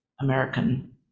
american